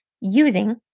using